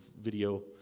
video